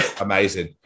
amazing